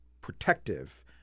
protective